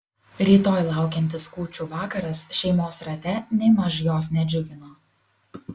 rytoj laukiantis kūčių vakaras šeimos rate nėmaž jos nedžiugino